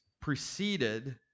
preceded